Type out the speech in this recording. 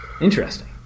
Interesting